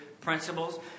principles